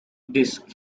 disc